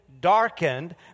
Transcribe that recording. Darkened